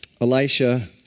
Elisha